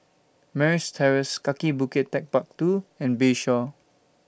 Marines Terrace Kaki Bukit Techpark two and Bayshore